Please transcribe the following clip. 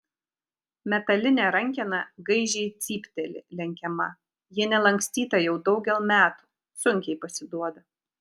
metalinė rankena gaižiai cypteli lenkiama ji nelankstyta jau daugel metų sunkiai pasiduoda